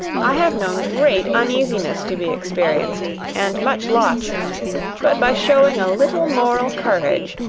i have known great uneasiness to be experienced, and much loss but by showing a little moral courage,